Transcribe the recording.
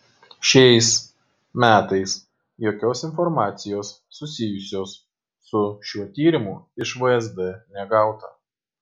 šiais metais jokios informacijos susijusios su šiuo tyrimu iš vsd negauta